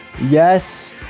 Yes